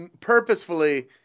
purposefully